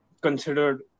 considered